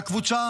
והקבוצה